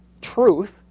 truth